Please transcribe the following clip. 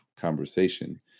conversation